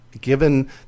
given